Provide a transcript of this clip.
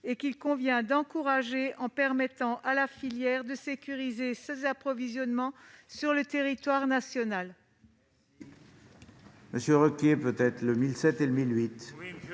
qu'il convient d'encourager en permettant à la filière de sécuriser ses approvisionnements sur le territoire national.